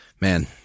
man